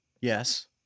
Yes